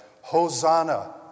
Hosanna